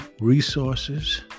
resources